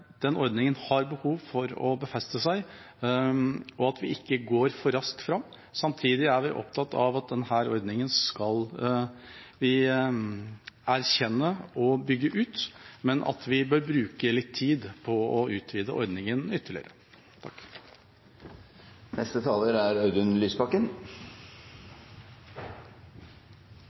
den grunn ønsker ikke Venstre å gå altfor langt nå. Ordningen har behov for å befeste seg, og at vi ikke går for raskt fram. Samtidig er vi opptatt av at denne ordningen skal vi erkjenne og bygge ut, men at vi bør bruke litt tid på å utvide ordningen ytterligere. Det er